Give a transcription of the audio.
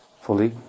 fully